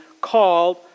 called